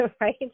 right